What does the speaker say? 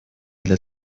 для